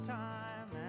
time